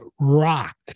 rock